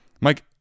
Mike